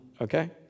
okay